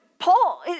Paul